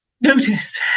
notice